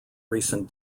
recent